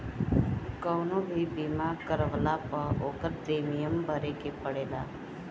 कवनो भी बीमा करवला पअ ओकर प्रीमियम भरे के पड़ेला